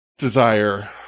Desire